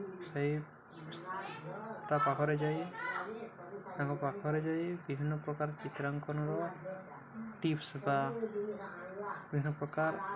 ଥାଇ ତା ପାଖରେ ଯାଇ ତାଙ୍କ ପାଖରେ ଯାଇ ବିଭିନ୍ନପ୍ରକାର ଚିତ୍ରାଙ୍କନର ଟିପ୍ସ ବା ବିଭିନ୍ନପ୍ରକାର